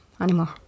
anymore